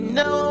no